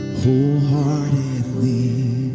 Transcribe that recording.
wholeheartedly